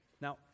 Now